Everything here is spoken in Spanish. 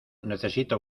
necesito